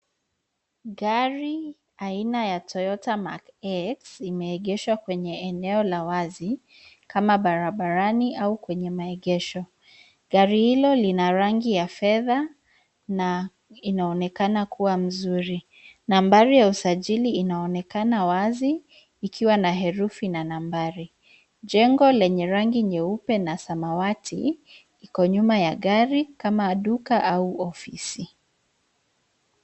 Gari aina ya Toyota Mark X imeegeshwa kwenye eneo la wazi kama barabarani au kwenye maegesho. Gari hilo lina rangi ya fedha na inaonekana kuwa mzuri. Nambari ya usajili inaonekana wazi ikiwa na herufi na nambari. Jengo lenye rangi nyeupe na samawati iko nyuma ya gari kama duka au ofisi.